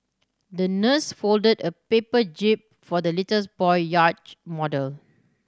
the nurse folded a paper jib for the little boy yacht model